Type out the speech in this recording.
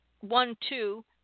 One-two